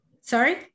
sorry